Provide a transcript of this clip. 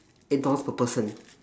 eight dollars per person